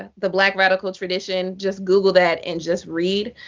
ah the black radical tradition. just google that, and just read.